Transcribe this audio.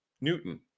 Newton